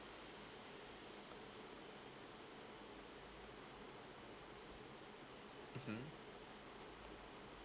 mmhmm